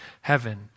heaven